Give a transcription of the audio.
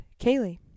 Kaylee